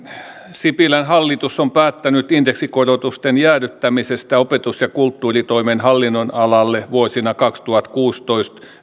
sipilän hallitus on päättänyt indeksikorotusten jäädyttämisestä opetus ja kulttuuritoimen hallinnonalalla vuosina kaksituhattakuusitoista